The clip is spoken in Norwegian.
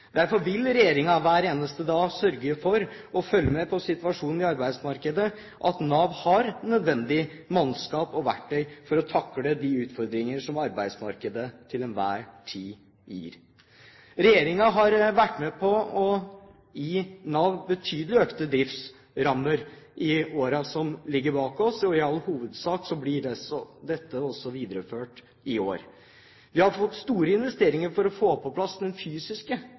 Derfor vil regjeringen hver eneste dag sørge for å følge med på situasjonen i arbeidsmarkedet, at Nav har nødvendig mannskap og verktøy for å takle de utfordringer som arbeidsmarkedet til enhver tid gir. Regjeringen har vært med på å gi Nav betydelig økte driftsrammer i årene som ligger bak oss, og i all hovedsak blir dette også videreført i år. Det har vært store investeringer for å få på plass fysisk Nav-lokalkontorene. Det som står igjen som den